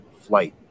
flight